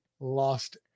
Lost